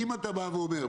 אם אתה בא ואומר,